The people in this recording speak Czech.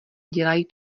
dělají